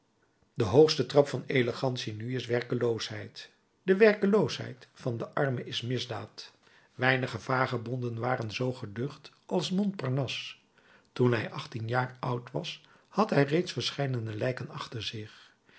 de hoogste trap van elegantie nu is werkeloosheid de werkeloosheid van den arme is misdaad weinige vagebonden waren zoo geducht als montparnasse toen hij achttien jaar oud was had hij reeds verscheidene lijken achter zich